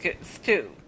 stew